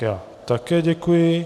Já také děkuji.